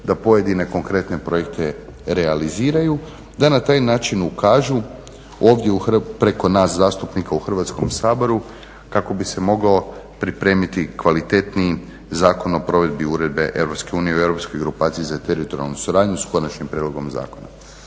da pojedine konkretne projekte realiziraju da na taj način ukažu ovdje preko nas zastupnika u Hrvatskom saboru kako bi se mogao pripremiti kvalitetniji Zakon o provedbi uredbe EU u europskoj grupaciji za teritorijalnu suradnju, s Konačnim prijedlogom zakona.